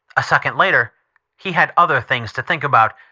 a second later he had other things to think about.